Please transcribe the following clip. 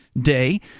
day